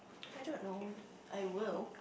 I don't know if I will